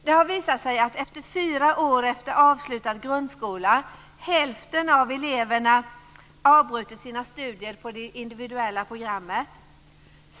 Det har visat sig att fyra år efter avslutad grundskola hälften av eleverna har avbrutit sina studier på det individuella programmet.